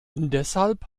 deshalb